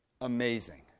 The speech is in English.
amazing